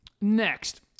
Next